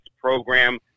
program